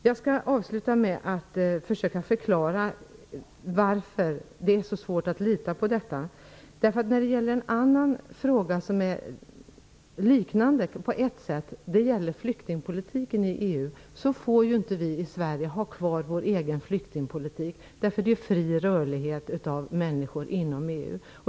Jag skall avsluta med att försöka förklara varför det är så svårt att lita på detta. En liknande fråga gäller flyktingpolitiken i EU. Där får vi inte i Sverige ha kvar vår egen flyktingpolitik, eftersom det är fri rörlighet för människor inom EU.